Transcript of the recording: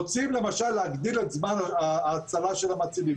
רוצים להגדיל למשל את זמן ההצלה של המצילים.